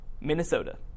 Minnesota